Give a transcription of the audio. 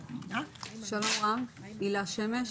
שלום רב, הילה שמש,